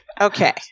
Okay